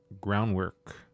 Groundwork